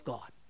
God